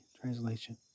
translation